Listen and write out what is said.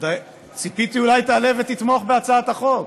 שציפיתי שאולי תעלה ותתמוך בהצעת החוק.